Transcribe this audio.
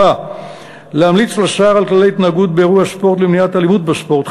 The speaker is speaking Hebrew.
4. להמליץ לשר על כללי התנהגות באירוע ספורט למניעת אלימות בספורט,